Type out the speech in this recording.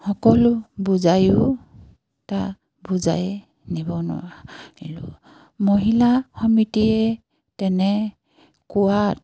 সকলো বুজায়ো তাক বুজাই নিব নোৱাৰিলোঁ মহিলা সমিতিয়ে তেনেকোৱাত